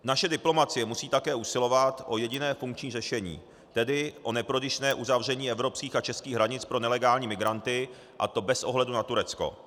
Naše diplomacie musí také usilovat o jediné funkční řešení, tedy o neprodyšné uzavření evropských a českých hranic pro nelegální migranty, a to bez ohledu na Turecko.